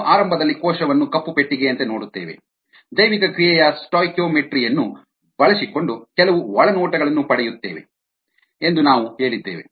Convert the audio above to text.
ನಾವು ಆರಂಭದಲ್ಲಿ ಕೋಶವನ್ನು ಕಪ್ಪು ಪೆಟ್ಟಿಗೆಯಂತೆ ನೋಡುತ್ತೇವೆ ಜೈವಿಕ ಕ್ರಿಯೆಯ ಸ್ಟೋಯಿಕೀಯೊಮೆಟ್ರಿ ಯನ್ನು ಬಳಸಿಕೊಂಡು ಕೆಲವು ಒಳನೋಟಗಳನ್ನು ಪಡೆಯುತ್ತೇವೆ ಎಂದು ನಾವು ಹೇಳಿದ್ದೇವೆ